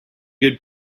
good